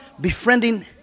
befriending